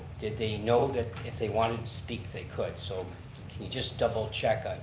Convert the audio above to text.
did they know that if they wanted to speak they could? so can you just double check ah